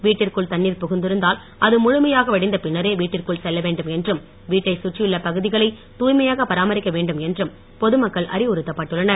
வீட்டிற்குள் தண்ணீர் புகுந்திருந்தால் அது முழுமையாக வடிந்த பின்னரே வீட்டிற்குள் செல்ல வேண்டும் என்றும் வீட்டை சுற்றியுள்ள பகுதிகளை தூய்மையாக பராமரிக்க வேண்டும் என்றும் பொது மக்களுக்கு அறிவுறுத்தப்பட்டுள்ளனர்